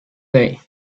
day